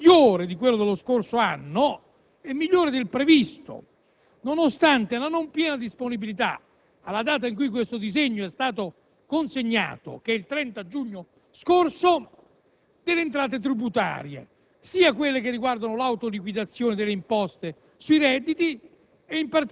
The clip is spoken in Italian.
- lo dico ai colleghi Baldassarri, Bonfrisco e Polledri - e sicuramente migliore di quello dello scorso anno, e migliore di quello previsto, nonostante la non piena disponibilità - alla data in cui questo provvedimento è stato consegnato, il 30 giugno scorso